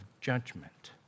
judgment